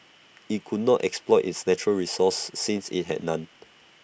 IT could not exploit its natural resources since IT had none